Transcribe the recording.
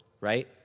right